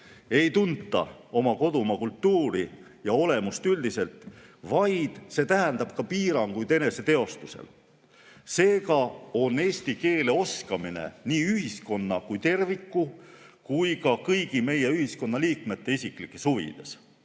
ei tunta oma kodumaa kultuuri ja olemust üldiselt, vaid see tähendab ka piiranguid eneseteostusel. Seega on eesti keele oskamine nii ühiskonna kui terviku kui ka kõigi meie ühiskonnaliikmete isiklikes huvides,